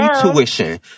tuition